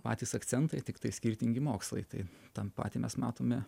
patys akcentai tiktai skirtingi mokslai tai tą patį mes matome